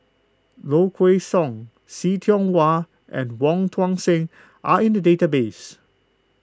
Low Kway Song See Tiong Wah and Wong Tuang Seng are in the database